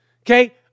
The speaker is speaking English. okay